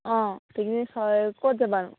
অঁ পিকনিকত ক'ত যাবা আৰু